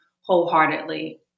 wholeheartedly